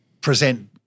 present